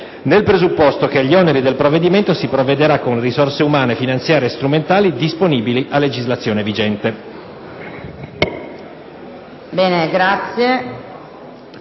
nel presupposto che agli oneri del provvedimento si provvederà con risorse umane, finanziarie e strumentali disponibili a legislazione vigente».